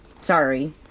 sorry